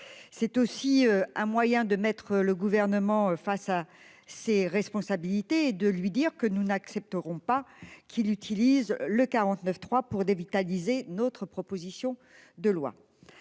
C'est aussi un moyen de mettre le gouvernement face à ses responsabilités de lui dire que nous n'accepterons pas qu'il utilise le 49 3 pour dévitaliser notre proposition de loi.